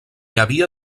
havia